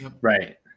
Right